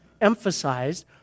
emphasized